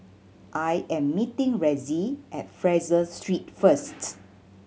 I am meeting Ressie at Fraser Street first